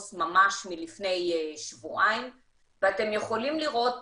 ממש מלפני שבועיים ואתם יכולים לראות פה,